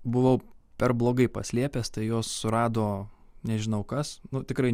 buvau per blogai paslėpęs tai juos surado nežinau kas tikrai